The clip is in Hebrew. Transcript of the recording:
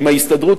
עם ההסתדרות,